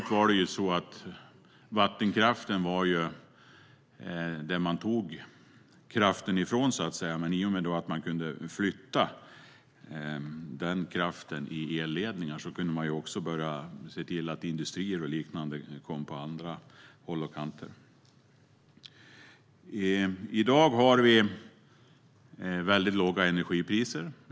Tidigare var vattenkraften det man tog kraften ifrån, men i och med att man kunde flytta kraften i elledningar kunde man också börja se till att industrier och liknande kom till på andra håll och kanter. I dag har vi låga energipriser.